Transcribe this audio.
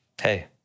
hey